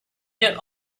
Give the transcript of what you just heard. get